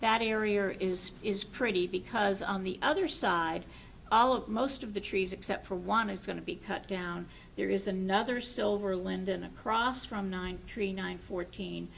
that area is is pretty because on the other side all of most of the trees except for one is going to be cut down there is another silver linden across from nine tree nine fourteen